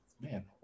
Man